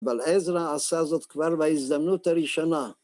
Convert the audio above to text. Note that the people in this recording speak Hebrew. ‫בלעזרה עשה זאת כבר ‫בהזדמנות הראשונה.